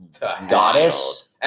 Goddess